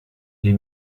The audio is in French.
les